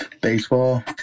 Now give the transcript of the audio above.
Baseball